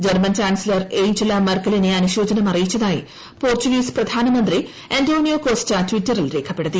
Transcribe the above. German chancellor Angela മെർക്കലിനെ അനുശോചനം അറിയിച്ചതായി പോർച്ചുഗീസ് പ്രധാനമന്ത്രി അന്റോണിയ കോസ്റ്റ ട്വിറ്ററിൽ രേഖപ്പെടുത്തി